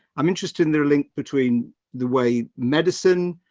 i'm interested in their link between the way medicine,